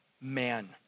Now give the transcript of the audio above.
man